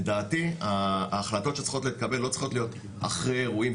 לדעתי ההחלטות שצריכות להתקבל לא צריכות להיות אחרי אירועים,